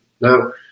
Now